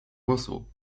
głosu